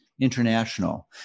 international